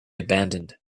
abandoned